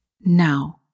now